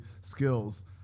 skills